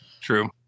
True